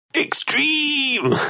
Extreme